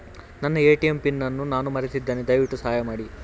ನನ್ನ ATM PIN ಅನ್ನು ನಾನು ಮರೆತಿದ್ದೇನೆ, ದಯವಿಟ್ಟು ಸಹಾಯ ಮಾಡಿ